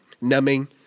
numbing